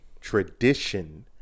tradition